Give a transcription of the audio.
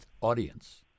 audience